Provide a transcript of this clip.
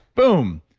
boom,